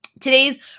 Today's